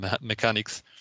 mechanics